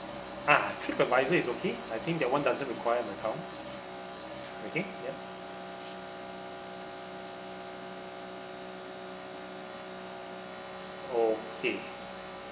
ah TripAdvisor is okay I think that [one] doesn't require an account okay yup okay